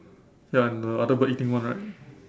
ya and the other bird eating one right